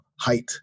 height